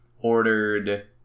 ordered